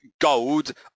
Gold